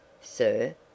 sir